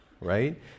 right